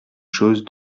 chose